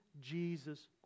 Jesus